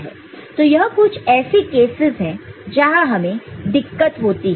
तो यह कुछ ऐसे कैसेस हैं जहां हमें दिक्कत होती है